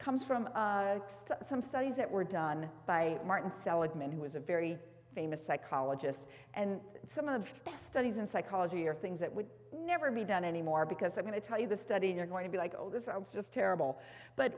comes from some studies that were done by martin seligman who was a very famous psychologist and some of the studies in psychology are things that would never be done anymore because i'm going to tell you the study you're going to be like oh this i was just terrible but